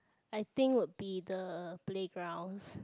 I think would be the playgrounds